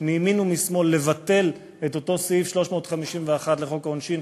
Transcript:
מימין ומשמאל לבטל את אותו סעיף 351 לחוק העונשין,